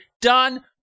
done